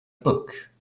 book